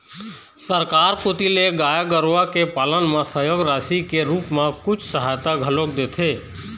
सरकार कोती ले गाय गरुवा के पालन म सहयोग राशि के रुप म कुछ सहायता घलोक देथे